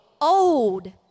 old